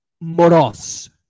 Moros